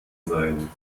sein